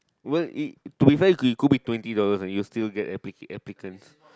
well it to be fair it could be twenty dollars and you will still get appli~ applicants